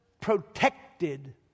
protected